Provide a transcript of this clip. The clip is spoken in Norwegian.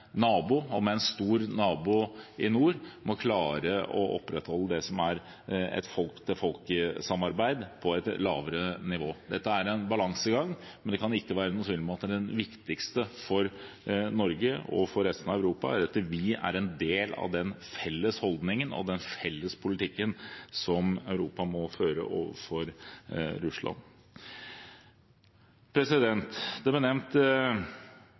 nabo, med en stor nabo i nord, må klare å opprettholde et folk-til-folk-samarbeid på et lavere nivå. Dette er en balansegang, men det kan ikke være noen tvil om at det viktigste for Norge og for resten av Europa er at vi er en del av den felles holdningen og den felles politikken som Europa må føre overfor Russland. Det ble nevnt